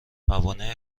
موانع